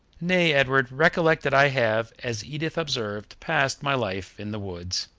nay, edward, recollect that i have, as edith observed, passed my life in the woods.